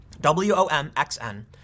W-O-M-X-N